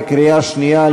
בקריאה שנייה,